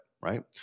right